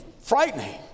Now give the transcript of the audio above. frightening